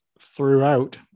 throughout